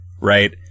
Right